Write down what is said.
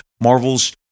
Marvel's